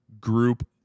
group